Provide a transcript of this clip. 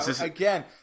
Again